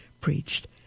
preached